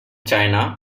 china